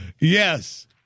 Yes